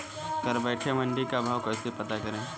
घर बैठे मंडी का भाव कैसे पता करें?